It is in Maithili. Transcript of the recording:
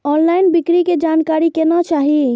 ऑनलईन बिक्री के जानकारी केना चाही?